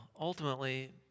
ultimately